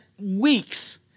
weeks